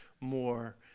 more